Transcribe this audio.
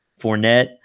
Fournette